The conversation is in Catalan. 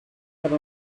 per